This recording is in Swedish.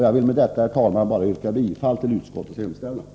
Jag vill med detta, herr talman, yrka bifall till utskottets hemställan.